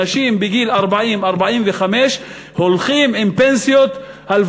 אנשים בגיל 40 45 הולכים עם פנסיות שהייתי